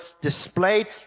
displayed